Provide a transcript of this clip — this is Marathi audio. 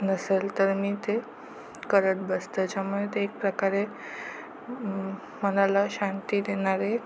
नसेल तर मी ते करत बस त्याच्यामुळे ते एक प्रकारे म् मनाला शांती देणारे